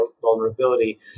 vulnerability